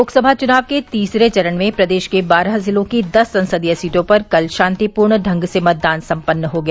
लोकसभा चुनाव के तीसरे चरण में प्रदेश के बारह जिलों की दस संसदीय सीटों पर कल शांतिपूर्ण ढंग से मतदान सम्पन्न हो गया